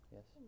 Yes